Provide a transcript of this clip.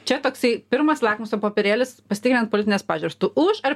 čia toksai pirmas lakmuso popierėlis pasitikrint politines pažiūras tu už ar